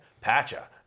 Pacha